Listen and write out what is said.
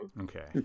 Okay